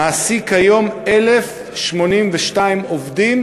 מעסיק היום 1,082 עובדים